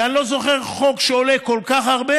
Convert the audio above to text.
ואני לא זוכר חוק שעולה כל כך הרבה